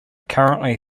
currently